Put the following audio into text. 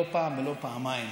לא פעם ולא פעמיים,